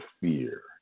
fear